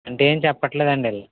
అంటే ఏం చెప్పట్లేదండి వీళ్ళు